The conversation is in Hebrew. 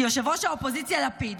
כי ראש האופוזיציה לפיד